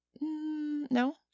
no